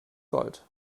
gold